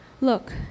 look